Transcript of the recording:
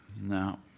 no